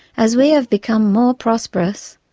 as we have become more prosperous,